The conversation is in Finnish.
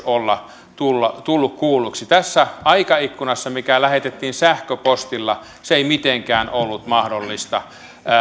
tulla kuulluksi tässä aikaikkunassa mikä lähetettiin sähköpostilla se ei mitenkään ollut mahdollista